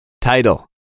Title